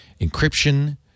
encryption